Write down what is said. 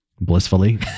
Blissfully